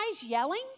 yelling